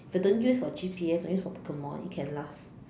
if I don't use for G_P_S I use for Pokemon it can last